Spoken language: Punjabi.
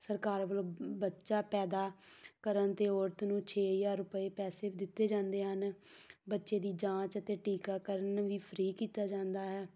ਸਰਕਾਰ ਵੱਲੋਂ ਬੱਚਾ ਪੈਦਾ ਕਰਨ 'ਤੇ ਔਰਤ ਨੂੰ ਛੇ ਹਜ਼ਾਰ ਰੁਪਏ ਪੈਸੇ ਦਿੱਤੇ ਜਾਂਦੇ ਹਨ ਬੱਚੇ ਦੀ ਜਾਂਚ ਅਤੇ ਟੀਕਾਕਰਨ ਵੀ ਫ੍ਰੀ ਕੀਤਾ ਜਾਂਦਾ ਹੈ